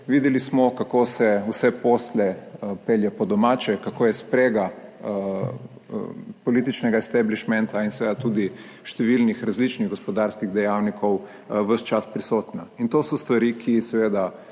Videli smo kako se vse posle pelje po domače, kako je sprega političnega establishmenta in seveda tudi številnih različnih gospodarskih dejavnikov ves čas prisotna. 4. TRAK: (SC) – 12.15